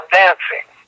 dancing